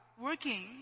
working